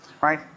right